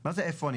"מה זה איפה אני?